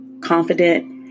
confident